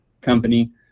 company